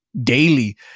daily